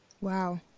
Wow